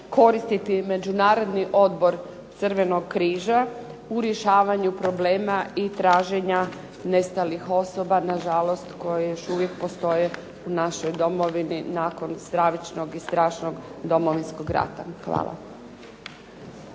koristiti međunarodni odbor Crvenog križa u rješavanju problema i traženja nestalih osoba, na žalost koji još uvijek postoje u našoj domovini nakon stravičnog i strašnog Domovinskog rata. Hvala.